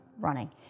running